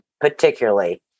particularly